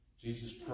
Jesus